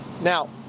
Now